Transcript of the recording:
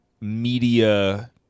media